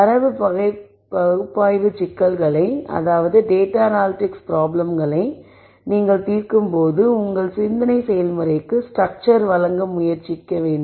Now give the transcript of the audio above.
தரவு பகுப்பாய்வு சிக்கல்களை நீங்கள் தீர்க்கும்போது உங்கள் சிந்தனை செயல்முறைக்கு ஸ்டரக்சர் வழங்க முயற்சிக்கிறோம்